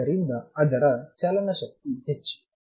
ಆದ್ದರಿಂದ ಅದರ ಚಲನ ಶಕ್ತಿ ಹೆಚ್ಚು